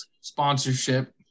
sponsorship